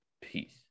Peace